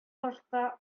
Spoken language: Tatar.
башка